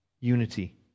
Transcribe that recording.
unity